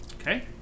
Okay